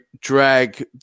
drag